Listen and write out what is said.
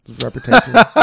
reputation